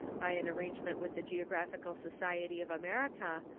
by an arrangement with the geographical society of america,